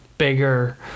bigger